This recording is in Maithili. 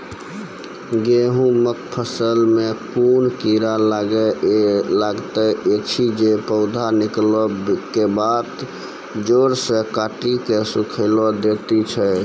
गेहूँमक फसल मे कून कीड़ा लागतै ऐछि जे पौधा निकलै केबाद जैर सऽ काटि कऽ सूखे दैति छै?